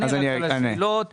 תענה על השאלות ותגיד,